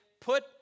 put